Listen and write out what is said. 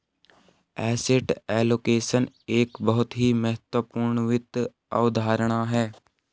asset allocation एक बहुत ही महत्वपूर्ण वित्त अवधारणा है